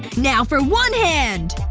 now for one hand!